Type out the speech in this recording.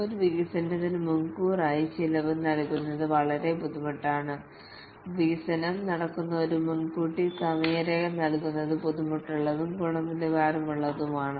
ഒരു വികസനത്തിന് മുൻകൂറായി ചിലവ് നൽകുന്നത് വളരെ ബുദ്ധിമുട്ടാണ് വികസനം നടക്കുന്ന ഒരു മുൻകൂട്ടി സമയരേഖ നൽകുന്നത് ബുദ്ധിമുട്ടുള്ളതും ഗുണനിലവാരമുള്ളതുമാണ്